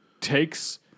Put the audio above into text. takes